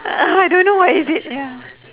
uh I don't know what is it ya